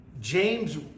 James